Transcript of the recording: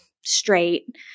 straight